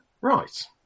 Right